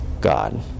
God